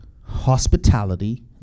hospitality